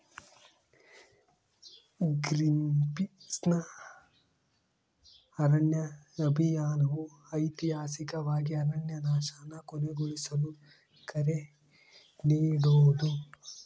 ಗ್ರೀನ್ಪೀಸ್ನ ಅರಣ್ಯ ಅಭಿಯಾನವು ಐತಿಹಾಸಿಕವಾಗಿ ಅರಣ್ಯನಾಶನ ಕೊನೆಗೊಳಿಸಲು ಕರೆ ನೀಡೋದು